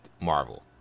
Marvel